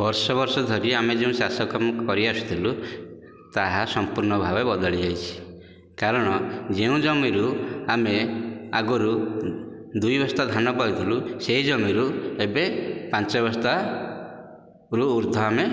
ବର୍ଷ ବର୍ଷ ଧରି ଆମେ ଯେମିତି ଚାଷ କାମ କରି ଆସୁଥିଲୁ ତାହା ସମ୍ପୂର୍ଣ ଭାବେ ବଦଳିଯାଇଛି କାରଣ ଯେଉଁ ଜମିରୁ ଆମେ ଆଗରୁ ଦୁଇବସ୍ତା ଧାନ ପାଉଥିଲୁ ସେହି ଜମିରୁ ଏବେ ପାଞ୍ଚବସ୍ତାରୁ ଉର୍ଦ୍ଧ୍ଵ ଆମେ